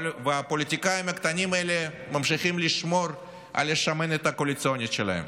והפוליטיקאים הקטנים האלה ממשיכים לשמור על השמנת הקואליציונית שלהם.